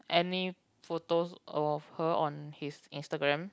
any photos of her on his Instagram